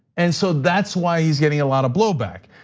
and so that's why he's getting a lot of blowback.